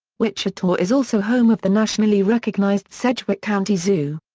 wichita is also home of the nationally recognized sedgwick county zoo.